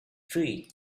tree